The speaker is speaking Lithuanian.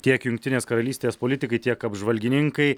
tiek jungtinės karalystės politikai tiek apžvalgininkai